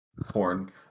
porn